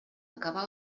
acabà